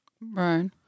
Right